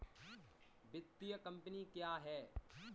वित्तीय कम्पनी क्या है?